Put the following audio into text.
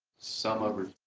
sum over